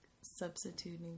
substituting